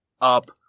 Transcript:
Up